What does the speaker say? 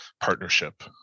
partnership